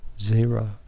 Zero